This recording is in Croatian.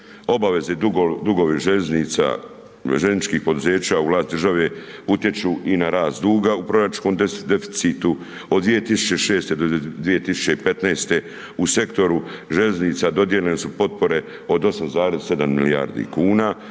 obveze i dugovi željeznica, željezničkih poduzeća u vlast države, utječu i na rast duga u proračunskom deficitu, od 2006.-2015. u sektoru željeznica dodijeljene su potpore od 8,7 milijardi kuna,